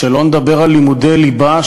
שלא נדבר על לימודי ליבה,